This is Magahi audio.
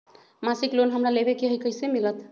मासिक लोन हमरा लेवे के हई कैसे मिलत?